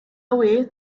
away